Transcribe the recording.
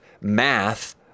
math